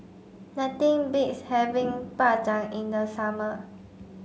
nothing beats having Bak Chang in the summer